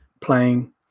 playing